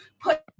put